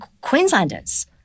Queenslanders